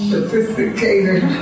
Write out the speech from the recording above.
Sophisticated